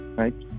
right